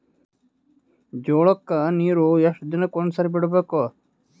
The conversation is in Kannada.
ಜೋಳ ಕ್ಕನೀರು ಎಷ್ಟ್ ದಿನಕ್ಕ ಒಂದ್ಸರಿ ಬಿಡಬೇಕು?